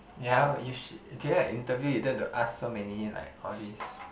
ya you during the interview you don't have to ask so many like all this